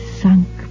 sunk